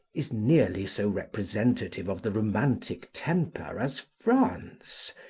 is nearly so representative of the romantic temper as france,